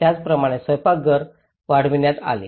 त्याचप्रमाणे स्वयंपाकघर वाढविण्यात आले